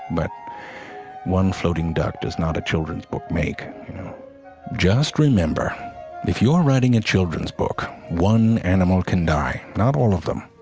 but one floating duck does not a children's book make you know just remember if you're writing a children's book one animal can die, not all of them,